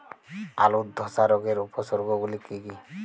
আলুর ধসা রোগের উপসর্গগুলি কি কি?